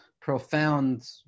profound